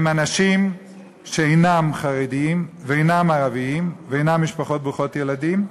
אנשים שאינם חרדים ואינם ערבים ואינם משפחות ברוכות ילדים.